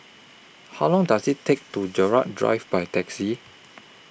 How Long Does IT Take to Gerald Drive By Taxi